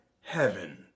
heaven